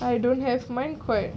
I don't have mine correct